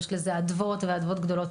יש לזה אדוות של טוב,